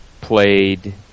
Played